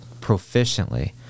proficiently